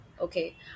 Okay